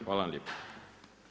Hvala vam lijepo.